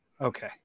Okay